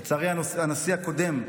לצערי הנשיא הקודם,